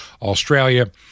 Australia